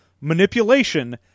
manipulation